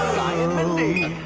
um and mindy